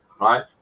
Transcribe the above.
right